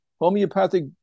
homeopathic